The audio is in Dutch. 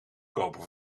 kopen